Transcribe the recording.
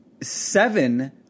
seven